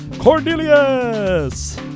Cornelius